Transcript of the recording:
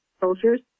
soldiers